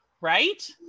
right